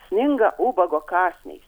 sninga ubago kąsniais